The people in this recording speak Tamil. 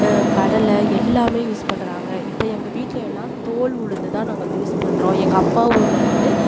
கடலை எல்லாமே யூஸ் பண்றாங்க இப்போ எங்கள் வீட்டில் எல்லாம் தோல் உளுந்துதான் நாங்கள் யூஸ் பண்றோம் எங்கள் அப்பா ஊர்லேருந்து